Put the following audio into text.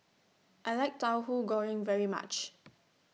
I like Tauhu Goreng very much